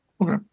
Okay